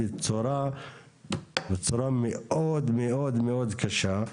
בצורה מאוד מאוד קשה.